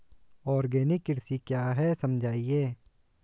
Organic कृषि क्या है समझाइए?